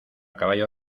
caballo